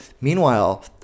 Meanwhile